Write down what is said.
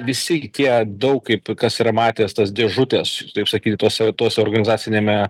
visi tie daug kaip kas yra matęs tas dėžutes taip sakyti tose organizaciniame